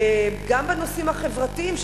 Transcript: גם בנושאים החברתיים,